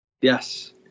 Yes